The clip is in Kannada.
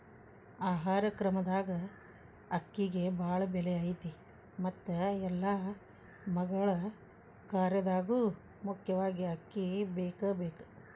ಆಹಾರ ಕ್ರಮದಾಗ ಅಕ್ಕಿಗೆ ಬಾಳ ಬೆಲೆ ಐತಿ ಮತ್ತ ಎಲ್ಲಾ ಮಗಳ ಕಾರ್ಯದಾಗು ಮುಖ್ಯವಾಗಿ ಅಕ್ಕಿ ಬೇಕಬೇಕ